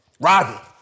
Robbie